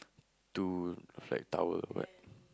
two flat towel but